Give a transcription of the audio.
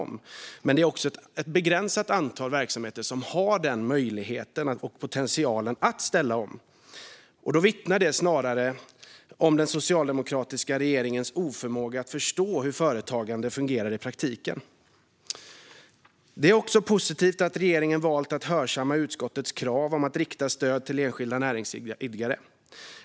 Men det är ett begränsat antal verksamheter som har möjligheten och potentialen att ställa om. Detta vittnar därmed snarare om den socialdemokratiska regeringens oförmåga att förstå hur företagande fungerar i praktiken. Det är också positivt att regeringen valt att hörsamma utskottets krav om att rikta stöd till enskilda näringsidkare.